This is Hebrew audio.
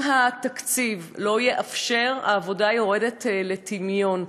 אם התקציב לא יאפשר, העבודה יורדת לטמיון.